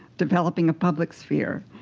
developing a public sphere.